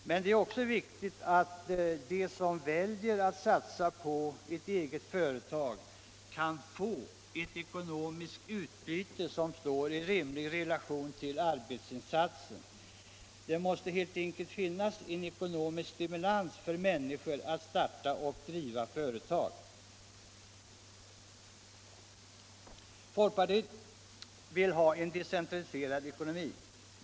Men det är också viktigt att de som väljer att satsa på ett eget företag kan få ett ekonomiskt utbyte som står i rimlig relation till arbetsinsatsen. Det måste helt enkelt finnas en ekonomisk stimulans för människor att starta och driva företag. Folkpartiet vill ha en decentraliserad ekonomi.